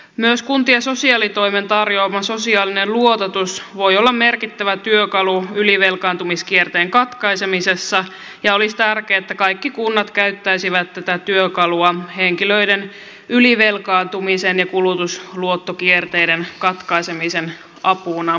myös kuntien sosiaalitoimen tarjoama sosiaalinen luototus voi olla merkittävä työkalu ylivelkaantumiskierteen katkaisemisessa ja olisi tärkeää että kaikki kunnat käyttäisivät tätä työkalua henkilöiden ylivelkaantumisen ja kulutusluottokierteiden katkaisemisen apuna